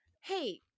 hey